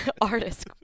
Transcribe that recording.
artist